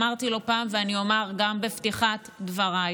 אמרתי לא פעם, ואני אומר גם בפתיחת דבריי,